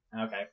Okay